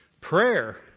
prayer